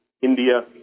India